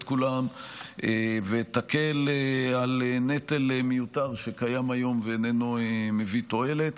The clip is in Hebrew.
כולם ותקל על נטל מיותר שקיים היום ואיננו מביא תועלת.